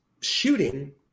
shooting